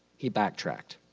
he backtracked.